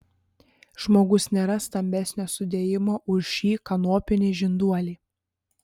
žmogus nėra stambesnio sudėjimo už šį kanopinį žinduolį